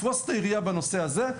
לפרוש את היריעה בנושא הזה,